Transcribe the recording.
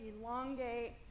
elongate